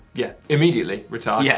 yeah. immediately retired, yeah